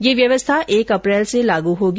यह व्यवस्था एक अप्रेल से लागू होगी